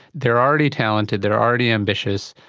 they are already talented, they are already ambitious,